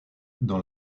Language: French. dans